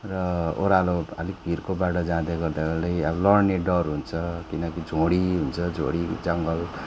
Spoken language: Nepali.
र ओह्रालो अलिक भिरको बाटो जाँदै गर्दा लै अब लड्ने डर हुन्छ किनकि झोडी हुन्छ झोडी जङ्गल